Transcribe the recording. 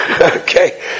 Okay